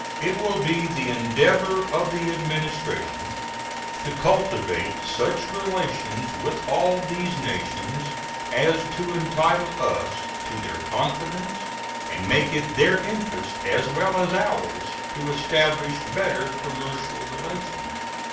it will be the endeavor of the administration to cultivate such relations with all these nations as to entitle us to their confidence and make it their interest, as well as ours, to establish better commercial relations.